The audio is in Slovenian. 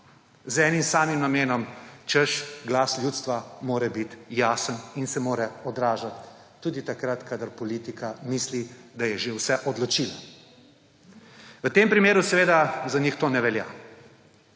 z enim samim namenom, češ, glas ljudstva mora bit jasen in se mora odražati tudi takrat, kadar politika misli, da je že vse odločila. V tem primeru za njih to ne velja.